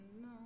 No